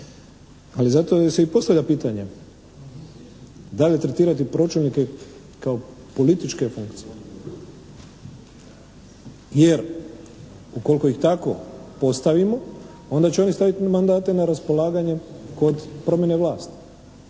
ali zato se i postavlja pitanje da li tretirati pročelnike kao političke funkcije? Jer ukoliko ih tako postavimo onda će oni staviti mandate na raspolaganje kod promjene vlasti.